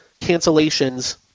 Cancellations